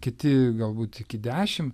kiti galbūt iki dešim